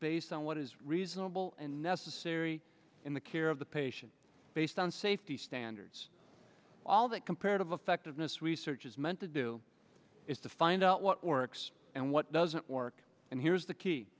based on what is reasonable and necessary in the care of the patient based on safety standards all that comparative effectiveness research is meant to do is to find out what works and what doesn't work and here's the key